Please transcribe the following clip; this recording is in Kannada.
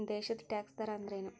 ದೇಶದ್ ಟ್ಯಾಕ್ಸ್ ದರ ಅಂದ್ರೇನು?